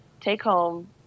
take-home